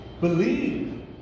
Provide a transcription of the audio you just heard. believe